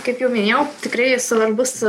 kaip jau minėjau tikrai svarbus